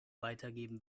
weitergeben